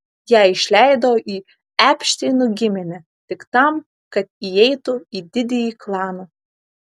ją išleido į epšteinų giminę tik tam kad įeitų į didįjį klaną